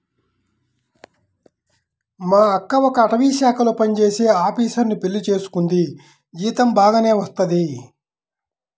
మా అక్క ఒక అటవీశాఖలో పనిజేసే ఆపీసరుని పెళ్లి చేసుకుంది, జీతం బాగానే వత్తది